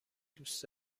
دوست